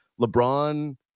LeBron